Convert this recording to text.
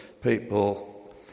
people